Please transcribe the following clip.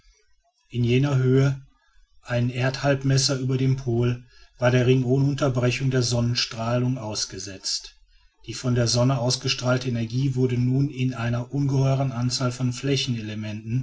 in jener höhe einen erdhalbmesser über dem pol war der ring ohne unterbrechung der sonnenstrahlung ausgesetzt die von der sonne ausgestrahlte energie wurde nun von einer ungeheuren anzahl von